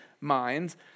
minds